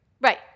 Right